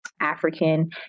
African